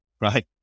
right